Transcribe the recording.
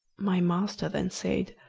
my master then said,